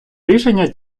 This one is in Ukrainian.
рішення